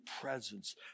presence